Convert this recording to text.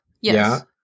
yes